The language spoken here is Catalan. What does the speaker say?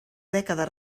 dècades